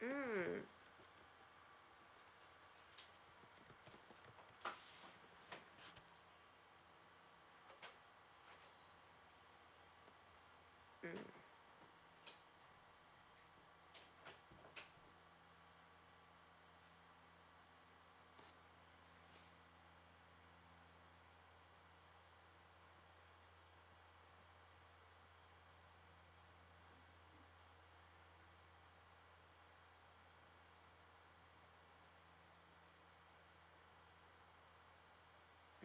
mm mm